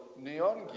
Neon